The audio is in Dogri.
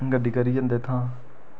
गड्डी करी जंदे इत्थां